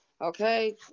Okay